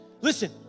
Listen